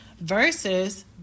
Versus